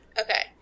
Okay